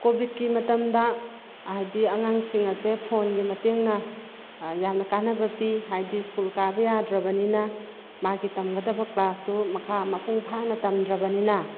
ꯀꯣꯕꯤꯠꯀꯤ ꯃꯇꯝꯗ ꯍꯥꯏꯗꯤ ꯑꯉꯥꯡꯁꯤꯡ ꯑꯁꯦ ꯐꯣꯟꯒꯤ ꯃꯇꯦꯡꯅ ꯌꯥꯝꯅ ꯀꯥꯟꯅꯕ ꯄꯤ ꯍꯥꯏꯗꯤ ꯁ꯭ꯀꯨꯜ ꯀꯥꯕ ꯌꯥꯗ꯭ꯔꯕꯅꯤꯅ ꯃꯥꯒꯤ ꯇꯝꯒꯗꯕ ꯀ꯭ꯂꯥꯁꯇꯣ ꯃꯈꯥ ꯃꯄꯨꯡ ꯐꯥꯅ ꯇꯝꯗ꯭ꯔꯕꯅꯤꯅ